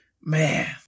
Man